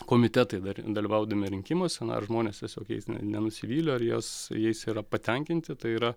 komitetai dar dalyvaudami rinkimuose na ar žmonės tiesiog jais nenusivylė ar jas jais yra patenkinti tai yra